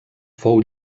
fou